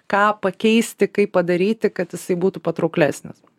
ką pakeisti kaip padaryti kad jisai būtų patrauklesnis